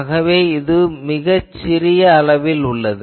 ஆகவே இது ஒரு மிகச் சிறிய அளவில் உள்ளது